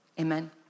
Amen